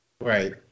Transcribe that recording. Right